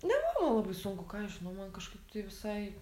nebuvo la labai sunku ką aš žinau man kažkaip tai visai